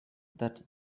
that